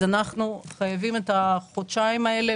אז אנחנו חייבים את החודשיים האלה